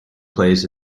plays